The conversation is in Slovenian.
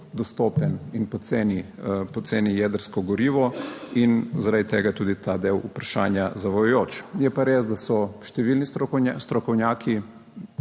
dostopen in poceni poceni jedrsko gorivo, in zaradi tega je tudi ta del vprašanja zavajajoč. Je pa res, da so številni strokovnjaki,